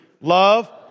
Love